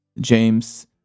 James